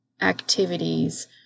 activities